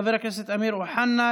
חבר הכנסת אמיר אוחנה,